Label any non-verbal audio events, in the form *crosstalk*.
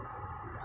*noise* but